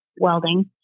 welding